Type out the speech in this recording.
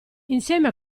insieme